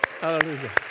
Hallelujah